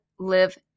live